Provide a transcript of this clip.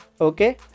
okay